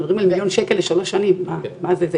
מדברים על מיליון שקל לשלוש שנים, מה זה?